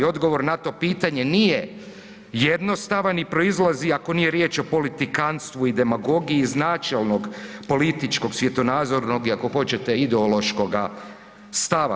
Odgovor na to pitanje nije jednostavan i proizlazi, ako nije riječ o politikanstvu i demagogiju, iz načelnog političkog svjetonazorog i ako hoćete ideološkoga stava.